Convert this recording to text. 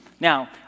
Now